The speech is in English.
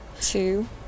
two